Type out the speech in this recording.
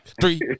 three